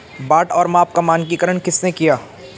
बाट और माप का मानकीकरण किसने किया?